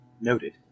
Noted